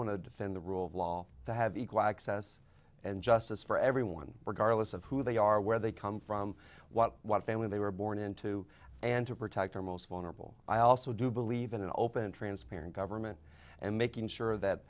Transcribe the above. want to defend the rule of law to have equal access and justice for everyone regardless of who they are where they come from what white family they were born into and to protect our most vulnerable i also do believe in an open transparent government and making sure that